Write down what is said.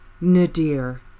nadir